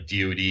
DoD